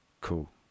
cool